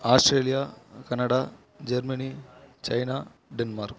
Australia Canada Germany China Denmark